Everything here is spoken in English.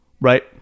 right